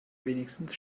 wenigstens